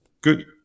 Good